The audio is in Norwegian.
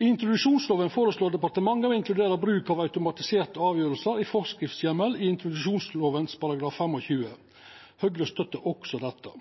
I introduksjonslova føreslår departementet å inkludera bruk av automatiserte avgjerder i forskriftsheimel i § 25. Høgre støttar også dette.